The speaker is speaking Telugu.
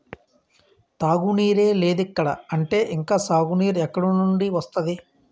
తాగునీరే లేదిక్కడ అంటే ఇంక సాగునీరు ఎక్కడినుండి వస్తది?